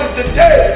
today